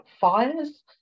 fires